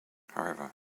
however